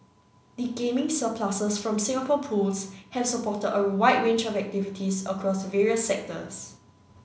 the gaming surpluses from Singapore Pools have supported a wide range of activities across various sectors